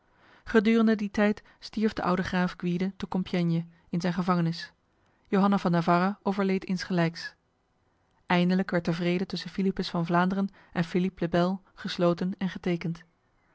gedurende die tijd stierf de oude graaf gwyde te compiègne in zijn gevangenis johanna van navarra overleed insgelijks eindelijk werd de vrede tussen philippus van vlaanderen en philippe le bel gesloten en getekend